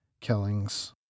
killings